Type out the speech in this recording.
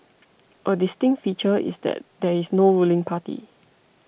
a distinct feature is that there is no ruling party